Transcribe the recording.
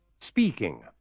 Speaking